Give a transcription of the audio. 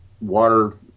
water